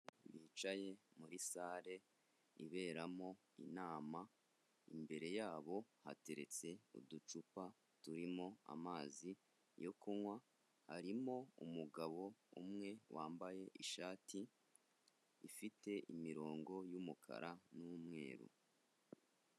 Bicaye muri sale iberamo inama, imbere yabo hateretse uducupa turimo amazi yo kunywa, harimo umugabo umwe wambaye ishati ifite imirongo y'umukara n'umweru.